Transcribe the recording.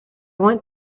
want